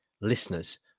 listeners